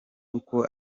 uko